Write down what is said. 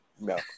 No